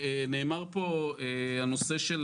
עלה הנושא של